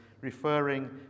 referring